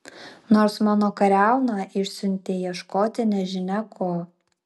nors mano kariauną išsiuntei ieškoti nežinia ko